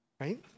right